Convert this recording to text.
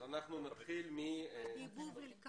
נתחיל מעדי.